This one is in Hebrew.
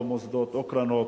או מוסדות או קרנות,